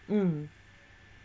um